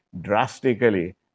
drastically